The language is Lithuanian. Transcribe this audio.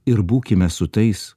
ir būkime su tais